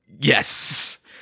Yes